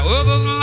others